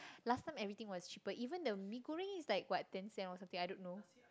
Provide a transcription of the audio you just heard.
last time everything was cheaper even the mee-goreng is like what ten cent or something I don't know